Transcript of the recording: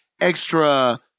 extra